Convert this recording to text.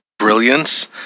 brilliance